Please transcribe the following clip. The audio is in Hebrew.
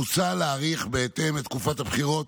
מוצע להאריך בהתאם את תקופת הבחירות